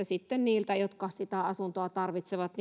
sitten niiltä jotka sitä asuntoa tarvitsevat